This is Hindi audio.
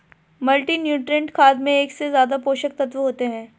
मल्टीनुट्रिएंट खाद में एक से ज्यादा पोषक तत्त्व होते है